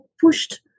pushed